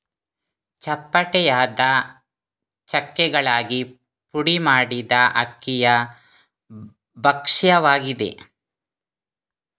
ಚಪ್ಪಟೆಯಾದ ಚಕ್ಕೆಗಳಾಗಿ ಪುಡಿ ಮಾಡಿದ ಅಕ್ಕಿಯ ಭಕ್ಷ್ಯವಾಗಿದೆ